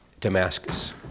Damascus